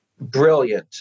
brilliant